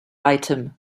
item